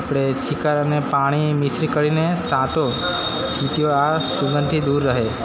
આપણે છિકર અને પાણીનું મિશ્રણ કરીને છાંટો ચિટીઓ આ સુગંધથી દૂર રહે